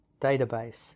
Database